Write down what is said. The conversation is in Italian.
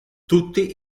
tutti